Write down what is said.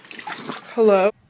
Hello